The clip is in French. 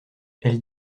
elle